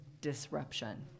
disruption